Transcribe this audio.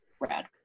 rad